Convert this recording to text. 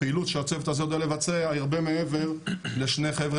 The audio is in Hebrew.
הפעילות שהצוות הזה יודע לבצע היא הרבה מעבר לשני חבר'ה